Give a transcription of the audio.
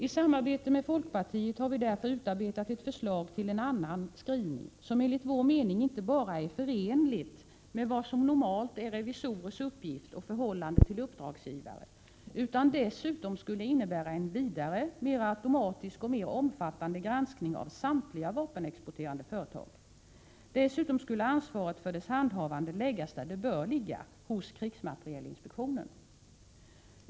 I samarbete med folkpartiet har vi därför utarbetat ett förslag till annan skrivning, som enligt vår mening inte bara är förenligt med vad som normalt är revisorers uppgift och förhållande till uppdragsgivare utan dessutom skulle innebära en vidare, mera automatisk och mer omfattande granskning av samtliga vapenexporterande företag. Dessutom skulle ansvaret för dess handhavande läggas där det bör ligga, hos krigsmaterielinspektionen.